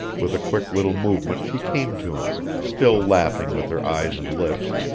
with a quick little movement she came to him, still laughing with her eyes and lips,